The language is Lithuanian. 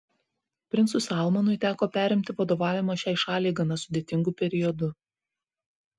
princui salmanui teko perimti vadovavimą šiai šaliai gana sudėtingu periodu